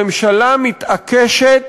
הממשלה מתעקשת